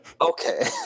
Okay